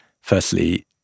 firstly